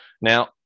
Now